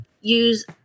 use